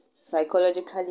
psychologically